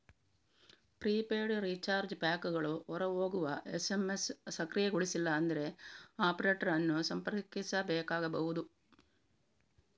prepaid recharge ಪ್ಯಾಕುಗಳು ಹೊರ ಹೋಗುವ ಎಸ್.ಎಮ್.ಎಸ್ ಸಕ್ರಿಯಗೊಳಿಸಿಲ್ಲ ಅಂದ್ರೆ ಆಪರೇಟರ್ ಅನ್ನು ಸಂಪರ್ಕಿಸಬೇಕಾಗಬಹುದು